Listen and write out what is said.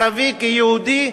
ערבי כיהודי,